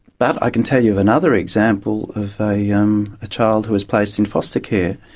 but i can tell you of another example of a um ah child who was placed in foster care,